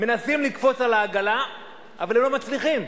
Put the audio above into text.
מנסים לקפוץ על העגלה אבל לא מצליחים,